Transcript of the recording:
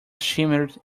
shimmered